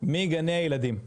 מגני הילדים.